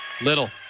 Little